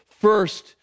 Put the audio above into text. First